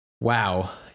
wow